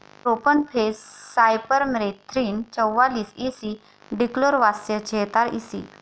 profenofos cypermethrin चौवालीस E C dichlorvos चेहतार EC